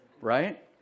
Right